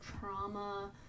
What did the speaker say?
trauma